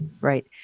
Right